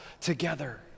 together